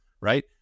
right